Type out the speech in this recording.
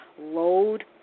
Load